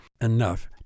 enough